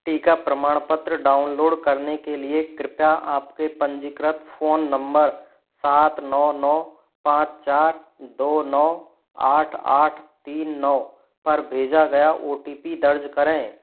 टीका प्रमाणपत्र डाउनलोड करने के लिए कृपया आपके पंजीकृत फ़ोन नंबर सात नौ नौ पाँच चार दो नौ आठ आठ तीन नौ पर भेजा गया ओ टी पी दर्ज करें